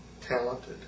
talented